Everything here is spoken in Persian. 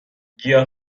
گیاه